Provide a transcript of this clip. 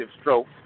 stroke